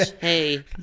Hey